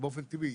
שבאופן טבעי